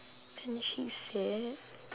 then she said